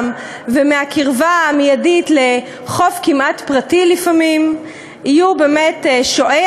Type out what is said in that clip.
ומהקרבה המיידית לחוף כמעט פרטי לפעמים יהיו באמת שועי